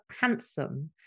Handsome